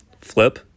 Flip